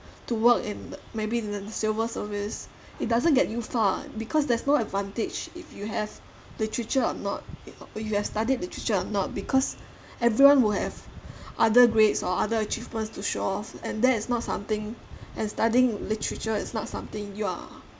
to work in maybe in civil service it doesn't get you far because there's no advantage if you have literature or not you have studied literature of not because everyone will have other grades or other achievements to show off and that is not something and studying literature is not something you are